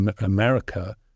America